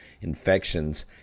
infections